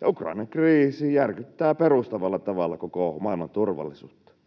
ja Ukrainan kriisi järkyttää perustavalla tavalla koko maailman turvallisuutta.